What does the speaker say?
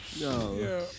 No